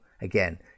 again